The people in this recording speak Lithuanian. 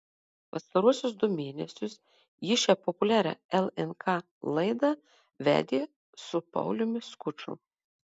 pastaruosius du mėnesius ji šią populiarią lnk laidą vedė su pauliumi skuču